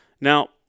Now